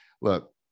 look